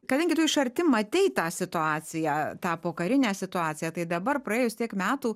kadangi tu iš arti matei tą situaciją tapo karine situacija tai dabar praėjus tiek metų